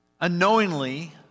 unknowingly